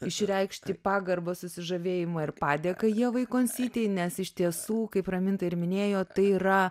išreikšti pagarbą susižavėjimą ir padėką ievai koncytei nes iš tiesų kaip raminta ir minėjo tai yra